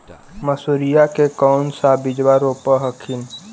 मसुरिया के कौन सा बिजबा रोप हखिन?